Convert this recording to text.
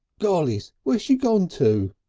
gollys! where's she gone to.